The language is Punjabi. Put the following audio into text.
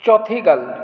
ਚੌਥੀ ਗੱਲ